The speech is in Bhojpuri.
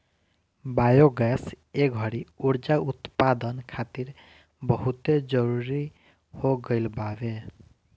बायोगैस ए घड़ी उर्जा उत्पदान खातिर बहुते जरुरी हो गईल बावे